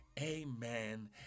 amen